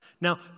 Now